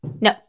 No